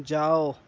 جاؤ